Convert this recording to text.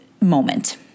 moment